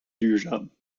duurzaam